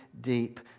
deep